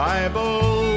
Bible